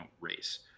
race